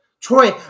Troy